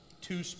two